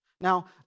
Now